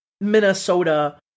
minnesota